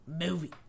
movie